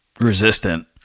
resistant